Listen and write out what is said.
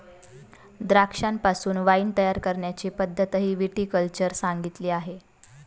द्राक्षांपासून वाइन तयार करण्याची पद्धतही विटी कल्चर सांगितली आहे